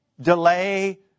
delay